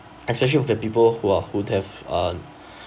especially with the people who are who have uh